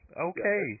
Okay